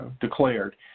declared